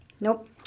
nope